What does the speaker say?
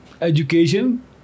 education